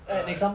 uh